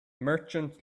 merchant